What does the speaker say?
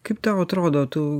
kaip tau atrodo tu